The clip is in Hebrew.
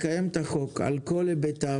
לקיים את החוק על כל היבטיו,